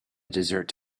desert